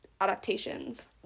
adaptations